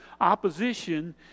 opposition